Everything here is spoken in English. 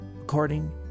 According